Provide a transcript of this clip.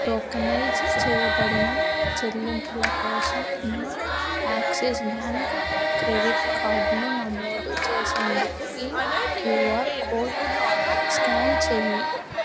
tokenise చేయబడిన చెల్లింపుల కోసం నా యాక్సిస్ బ్యాంక్ క్రెడిట్ కార్డును నమోదు చేసేందుకు ఈ క్యూఆర్ కోడ్ స్కాన్ చేయి